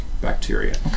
bacteria